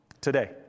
today